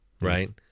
right